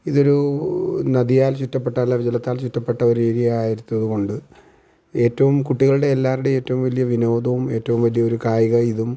ഇതൊരു നദിയാൽ ചുറ്റപ്പെട്ട അല്ലെങ്കിൽ ജലത്താൽ ചുറ്റപ്പെട്ട ഒരേരിയ ആയിരുന്നതുകൊണ്ട് ഏറ്റവും കുട്ടികളുടെ എല്ലാവരുടേയു ഏറ്റവും വലിയ വിനോദവും ഏറ്റവും വലിയൊരു കായിക ഇതും